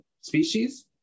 species